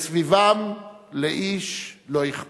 וסביבם לאיש לא אכפת.